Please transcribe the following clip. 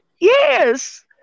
Yes